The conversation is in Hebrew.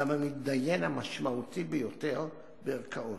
גם המתדיין המשמעותי ביותר בערכאות.